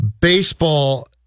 Baseball